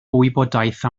wybodaeth